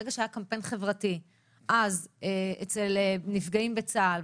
ברגע שהיה קמפיין חברתי אז אצל נפגעים בצה"ל,